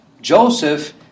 Joseph